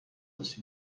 بازی